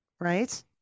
right